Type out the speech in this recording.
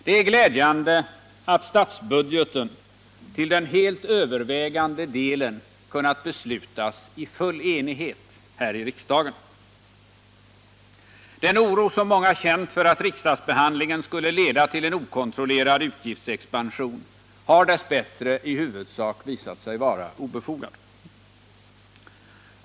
Det är glädjande att statsbudgeten till den helt övervägande delen kunnat beslutas i full enighet här i riksdagen. Den oro som många känt för att riksdagsbehandlingen skulle leda till en okontrollerad utgiftsexpansion har dess bättre i huvudsak visat sig vara obefogad.